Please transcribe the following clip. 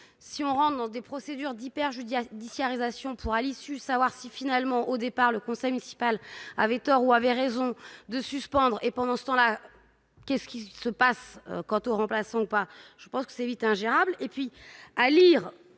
si on rentre dans des procédures d'hyper jeudi dit il arrive à Sion pour, à l'issue, savoir si finalement au départ, le conseil municipal avait tort, avait raison de suspendre et pendant ce temps-là, qu'est ce qui se passe quant au remplaçant ou pas, je pense que c'est vite ingérable